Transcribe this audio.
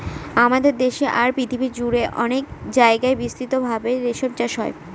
আমাদের দেশে আর পৃথিবী জুড়ে অনেক জায়গায় বিস্তৃত ভাবে রেশম চাষ হয়